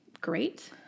great